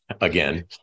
again